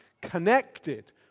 connected